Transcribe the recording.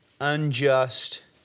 unjust